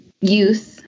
youth